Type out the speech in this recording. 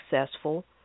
successful